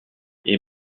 est